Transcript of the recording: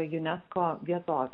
unesco vietovė